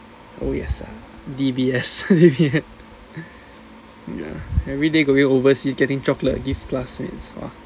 oh yes ah D_B_S yeah everyday going overseas getting chocolate gifts class man !wah!